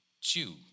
Jew